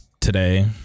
today